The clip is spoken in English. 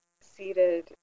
seated